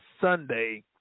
Sunday